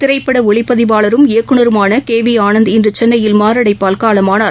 திரைப்படஒளிப்பதிவாளரும் இயக்குனருமானகேவிஆனந்த் இன்றுசென்னையில் மாரடைப்பால் காலமானார்